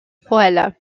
poêle